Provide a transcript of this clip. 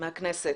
מהכנסת,